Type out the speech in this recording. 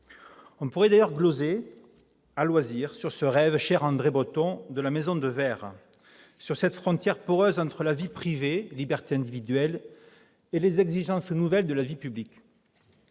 On pourrait gloser à loisir sur ce rêve, cher à André Breton de la « maison de verre », sur cette frontière poreuse entre la vie privée et la liberté individuelle et les exigences nouvelles de la vie publique.